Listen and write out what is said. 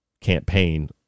campaign